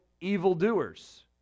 evildoers